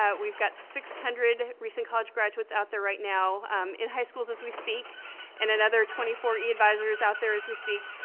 we've got six hundred recent college graduates out there right now in high schools, as we speak and another twenty four e-advisors out there, as we speak,